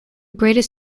greatest